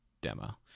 demo